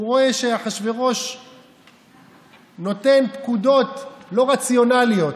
הוא רואה שאחשוורוש נותן פקודות לא רציונליות,